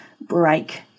break